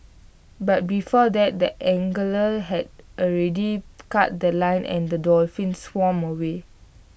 but before that the angler had already cut The Line and the dolphin swam away